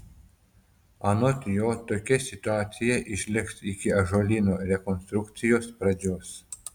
anot jo tokia situacija išliks iki ąžuolyno rekonstrukcijos pradžios